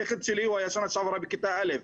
הנכד שלי בכיתה א'.